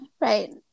right